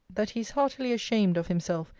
that he is heartily ashamed of himself,